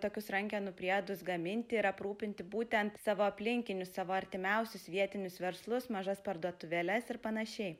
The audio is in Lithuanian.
tokius rankenų priedus gaminti ir aprūpinti būtent savo aplinkinius savo artimiausius vietinius verslus mažas parduotuvėles ir panašiai